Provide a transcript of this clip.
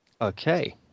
Okay